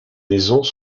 maisons